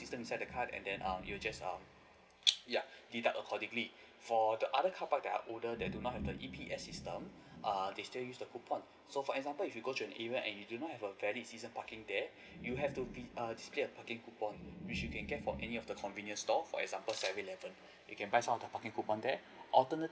system inside the card and then um it will just um yeah deduct accordingly for the other carpark that are older they do not have the E_P_S system err they're still use the coupon so for example if you go the an event and you do not have a valid season parking there you have to be err display a parking coupon which you can get from any of the convenience store for example seven eleven you can buy some of the parking coupon there alternatively